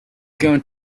going